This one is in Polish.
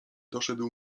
doszedł